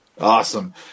Awesome